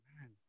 man